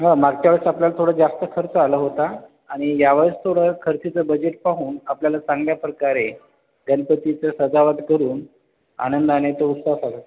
हं मागच्या वेळेस आपल्याला थोडा जास्त खर्च आला होता आणि यावेळेस थोडं खर्चाचं बजेट पाहून आपल्याला चांगल्या प्रकारे गणपतीचं सजावट करून आनंदाने तो उत्सव साजरा